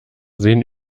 sehen